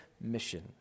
mission